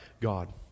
God